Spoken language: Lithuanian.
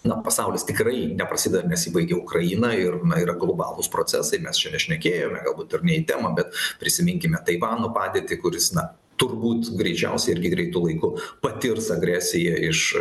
na pasaulis tikrai neprasideda ir nesibaigia ukraina ir yra globalūs procesai mes šnekėjome galbūt ir ne į temą bet prisiminkime taivano padėtį kuris na turbūt greičiausiai irgi greitu laiku patirs agresiją iš